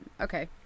okay